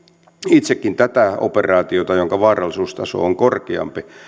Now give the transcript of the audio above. itsekin tätä operaatiota jonka vaarallisuustaso on korkeampi